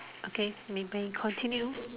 okay we may continue